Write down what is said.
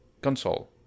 Console